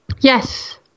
Yes